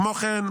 כמו כן,